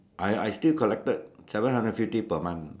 I I still collected seven hundred fifty per month know